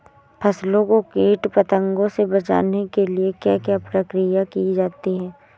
फसलों को कीट पतंगों से बचाने के लिए क्या क्या प्रकिर्या की जाती है?